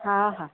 हा हा